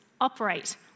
operate